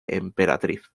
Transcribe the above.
emperatriz